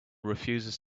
refuses